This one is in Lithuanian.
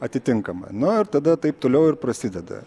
atitinkamą na ir tada taip toliau ir prasideda